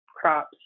crops